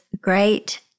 great